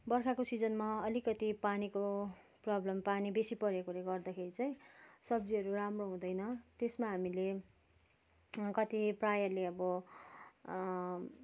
बर्खाको सिजनमा अलिकति पानीको प्रब्लम पानी बेसी परेकोले गर्दाखेरि चाहिँ सब्जीहरू राम्रो हुँदैन त्यसमा हामीले कति प्रायःले अब